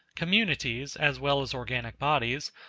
communities, as well as organic bodies,